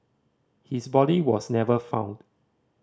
his body was never found